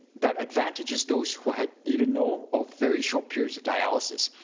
that advantages those who had either no, or very short periods of, dialysis.